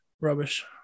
rubbish